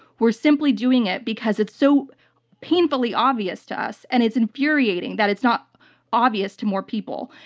we're simply doing it because it's so painfully obvious to us, and it's infuriating that it's not obvious to more people.